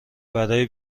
برای